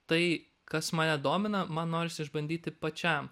tai kas mane domina man norisi išbandyti pačiam